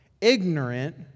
ignorant